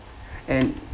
and